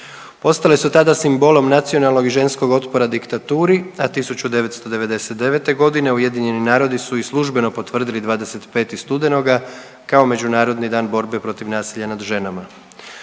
Ostale su tada simbolom nacionalnog i ženskog otpora diktaturi, a 1999. g. UN su i službeno potvrdili 25. studenoga kao Međunarodni dan borbe protiv nasilja nad ženama.